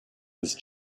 his